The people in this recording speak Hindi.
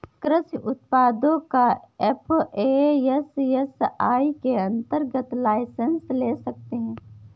कृषि उत्पादों का एफ.ए.एस.एस.आई के अंतर्गत लाइसेंस ले सकते हैं